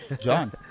John